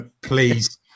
please